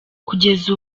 kugeza